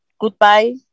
Goodbye